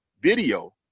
video